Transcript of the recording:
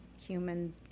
human